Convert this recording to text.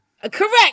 Correct